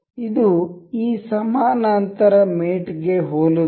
ಇದು ಈ ಸಮಾನಾಂತರ ಮೇಟ್ ಗೆ ಹೋಲುತ್ತದೆ